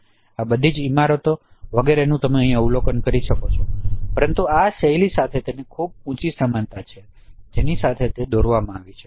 અને આ બધી ઇમારતો વગેરેનું તમે અહીં અવલોકન કરી શકો છો પરંતુ આ શૈલી સાથે તેની ખૂબ ઉચી સમાનતા છે જેની સાથે તે દોરવામાં આવી છે